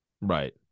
Right